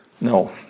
no